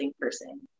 person